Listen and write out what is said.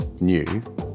new